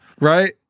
Right